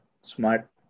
smart